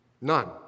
none